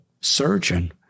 surgeon